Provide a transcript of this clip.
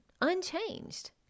Unchanged